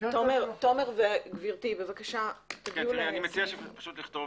תומר וגברתי, בבקשה תגיעו לסיכום.